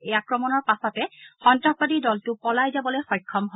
এই আক্ৰমণৰ পাছতে সন্ত্ৰাসবাদীৰ দলটো পলাই যাবলৈ সক্ষম হয়